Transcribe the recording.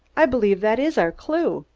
i believe that is our clew!